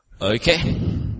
Okay